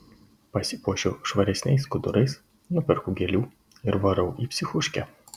pasipuošiu švaresniais skudurais nuperku gėlių ir varau į psichuškę